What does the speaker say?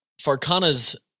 farcana's